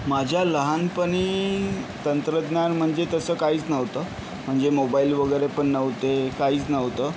माझ्या लहानपणी तंत्रज्ञान म्हणजे तसं काहीच नव्हतं म्हणजे मोबाईल वगैरे पण नव्हते काहीच नव्हतं